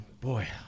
boy